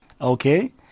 Okay